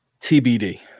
TBD